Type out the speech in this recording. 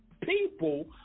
people